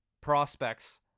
prospects